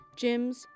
gyms